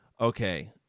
okay